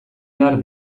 behar